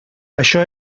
això